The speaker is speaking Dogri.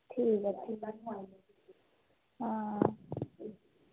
ठीक ऐ फ्ही हां